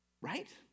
Right